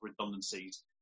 redundancies